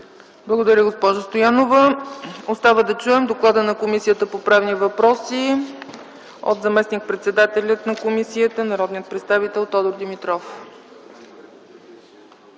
Благодаря, госпожо Стоянова. Остава да чуем доклада на Комисията по правни въпроси от заместник-председателя на комисията – народният представител Тодор Димитров.